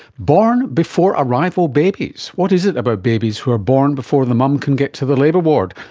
born before arrival babies. what is it about babies who are born before the mum can get to the labour ward,